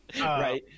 Right